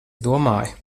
domāju